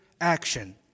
action